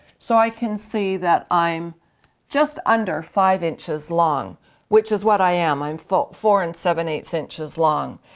so i can see that i'm just under five inches long which is what i am. i'm four four and seven eight so inches long.